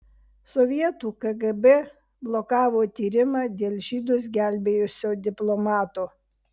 sovietų kgb blokavo tyrimą dėl žydus gelbėjusio diplomato